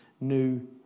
new